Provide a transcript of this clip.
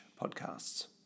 podcasts